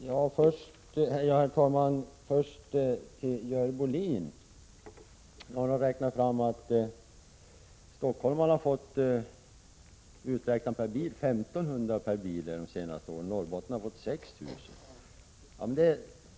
Herr talman! Först några ord till Görel Bohlin, som hade räknat fram att stockholmarna fått 1 500 kr. per bil under de senaste åren och norrbottningarna 6 000 kr. per bil.